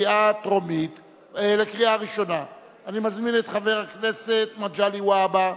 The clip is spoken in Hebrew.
התקבלה בקריאה טרומית ותועבר לוועדת העבודה,